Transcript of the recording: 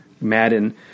Madden